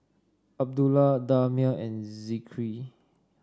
Abdullah Damia and Zikri